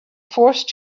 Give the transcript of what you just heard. forced